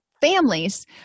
families